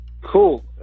Cool